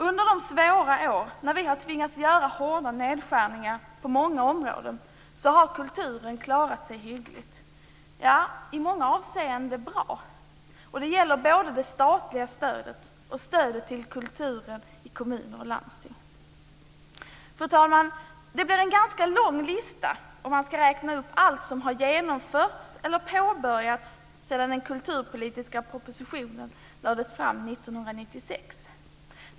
Under de svåra år när vi har tvingats göra kraftiga nedskärningar på många områden har kulturen klarat sig hyggligt, ja, i många avseenden bra, och det gäller både det statliga stödet och stödet till kulturen i kommuner och landsting. Fru talman! Det blir en ganska lång lista om man ska räkna upp allt som har genomförts eller påbörjats sedan den kulturpolitiska propositionen lades fram 1996.